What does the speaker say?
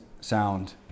sound